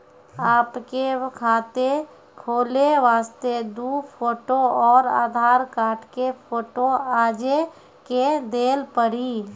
आपके खाते खोले वास्ते दु फोटो और आधार कार्ड के फोटो आजे के देल पड़ी?